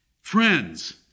Friends